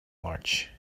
march